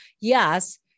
Yes